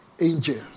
angels